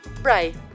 Right